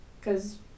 Cause